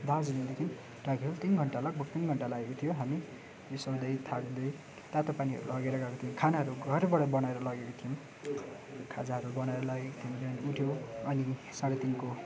दार्जिलिङदेखि Tiger Hill तिन घन्टा लगभग तिन घन्टा लागेको थियो हामी बिसाउँदै थाक्दै तातो पानीहरू लगेर गएको थियौँ खानाहरू घरबाट बनाएर लगेका थियौँ खाजाहरू बनाएर लगेका थियौँ बिहान उठ्यो अनि साढे तिनको